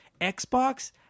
Xbox